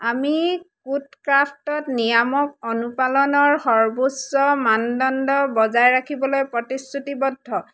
আমি কোডক্ৰাফ্টত নিয়ামক অনুপালনৰ সৰ্বোচ্চ মানদণ্ড বজাই ৰাখিবলৈ প্ৰতিশ্ৰুতিবদ্ধ